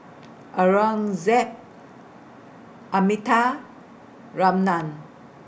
Aurangzeb Amitabh Ramnath